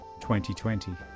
2020